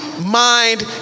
mind